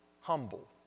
humble